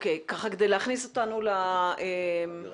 כדי להכניס אותנו לאווירה.